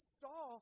saw